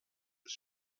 his